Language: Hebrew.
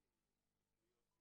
אני מפקח